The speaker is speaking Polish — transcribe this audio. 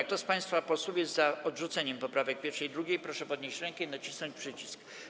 Kto z państwa posłów jest za odrzuceniem poprawek 1. i 2., proszę podnieść rękę i nacisnąć przycisk.